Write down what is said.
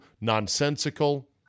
nonsensical